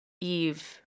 Eve